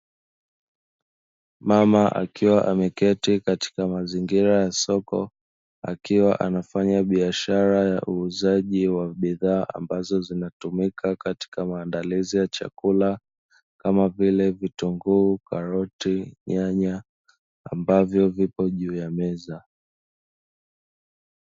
Mama akiwa ameketi katika mazingira ya soko akiwa anafanya biashara ya uuzaji wa bidhaa ambazo zinatumika katika maandalizi ya chakula kama vile: vitunguu, karoti, nyanya ambavyo vipo juu ya meza.